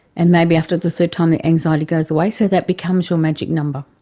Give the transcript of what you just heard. and maybe after the third time the anxiety goes away, so that becomes your magic number.